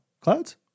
Clouds